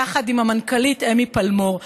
יחד עם המנכ"לית אמי פלמור.